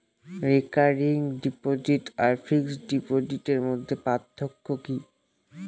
Recurring deposit আর fixed ডিপোজিটের মধ্যে পার্থক্য কি?